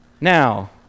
Now